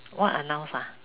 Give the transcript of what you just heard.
what announce ah